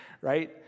Right